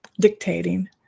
dictating